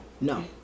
No